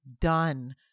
done